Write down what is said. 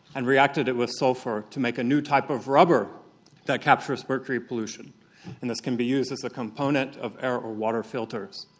and reacted it with sulphur to make a new type of rubber that captures mercury pollution and this can be used as a component of air or water filters.